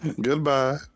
Goodbye